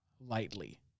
lightly